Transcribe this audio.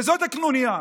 וזאת הקנוניה,